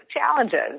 challenges